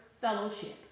Fellowship